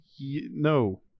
No